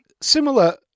Similar